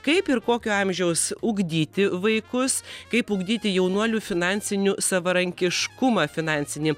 kaip ir kokio amžiaus ugdyti vaikus kaip ugdyti jaunuolių finansiniu savarankiškumą finansinį